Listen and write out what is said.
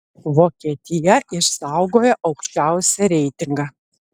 vokietija išsaugojo aukščiausią reitingą